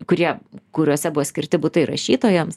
kurie kuriuose buvo skirti butai rašytojams